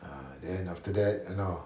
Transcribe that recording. ah then after that you know